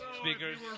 speakers